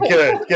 Good